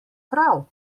prav